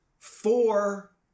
four